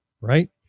right